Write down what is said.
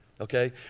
Okay